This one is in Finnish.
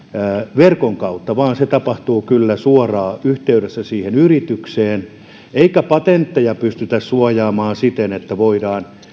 verkon kautta vaan se tapahtuu kyllä suoraan yhteydessä siihen yritykseen eikä patentteja pystytä suojaamaan siten että voidaan